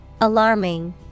alarming